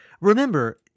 remember